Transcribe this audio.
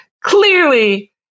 Clearly